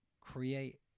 create